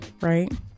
right